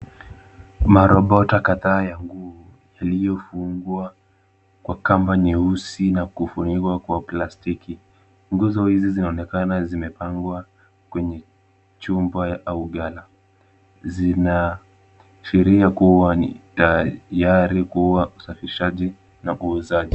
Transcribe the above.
Marobota kadhaa ya nguo yaliyofungwa kwa kamba nyeusi na kufunikwa kwa plastiki. Nguzo hizi zinaonekana zimepangwa kwenye chumba au ghala. Zinaashiria kuwa ni tayari kwa usafirishaji na uuzaji.